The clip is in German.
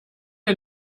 ihr